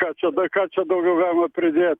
ką čia dar ką čia daugiau galima pridėt